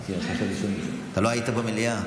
לא היית במליאה.